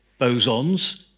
bosons